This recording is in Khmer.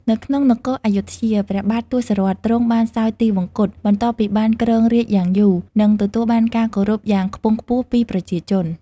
នៅក្នុងនគរព្ធយុធ្យា ព្រះបាទទសរថ ទ្រង់បានសោយទិវង្គត បន្ទាប់ពីបានគ្រងរាជ្យយ៉ាងយូរ និងទទួលបានការគោរពយ៉ាងខ្ពង់ខ្ពស់ពីប្រជាជន។